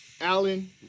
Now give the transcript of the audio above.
Alan